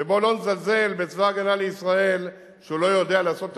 ובוא לא נזלזל בצבא-הגנה לישראל שהוא לא יודע לעשות את